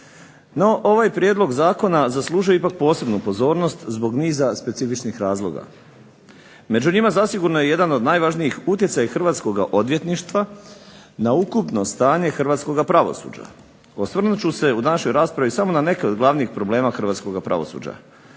No ovaj prijedlog zakona zaslužuje ipak posebnu pozornost zbog niza specifičnih razloga. Među njima zasigurno je jedan od najvažnijih utjecaj hrvatskoga odvjetništva na ukupno stanje hrvatskoga pravosuđa. Osvrnut ću se u današnjoj raspravi samo na neke od glavnih problema hrvatskoga pravosuđa,